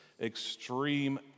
extreme